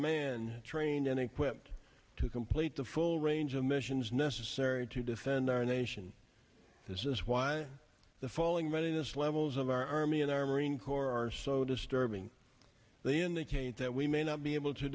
man trained and equipped to complete the full range of missions necessary to defend our nation this is why the falling readiness levels of our army and our marine corps are so disturbing they indicate that we may not be able to